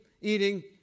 eating